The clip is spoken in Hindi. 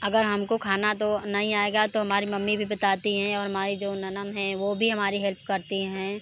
अगर हमको खाना तो नहीं आएगा तो हमारी मम्मी भी बताती हैं और हमारी जो ननद है वो भी हमारी हेल्प करती हैं